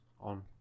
on